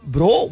Bro